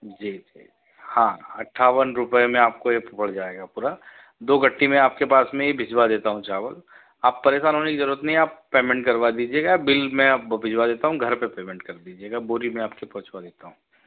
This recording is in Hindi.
जी जी हा अट्ठावन रुपये में आपको ये पड़ जाएगा पूरा दो गट्टी मैं आपके पास में ही भिजवा देता हूँ चावल अब परेशान होने की जरूरत नही है आप पेमेंट करवा दीजिएगा बिल मैं अब भिजवा देता हूँ घर पर पेमेंट कर दीजिएगा बोरी मैं आपके पहुँचवा देता हूँ